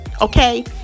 Okay